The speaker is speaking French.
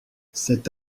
cet